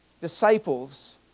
disciples